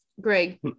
Greg